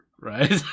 Right